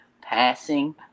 passing